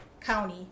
county